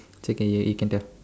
so can